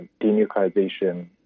denuclearization